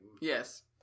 yes